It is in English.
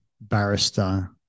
barrister